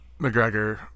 McGregor